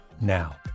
now